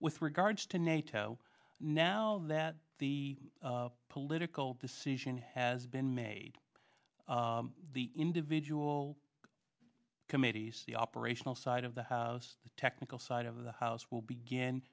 with regards to nato now that the political decision has been made the individual committees the operational side of the house the technical side of the house will begin